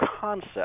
concept